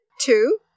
Two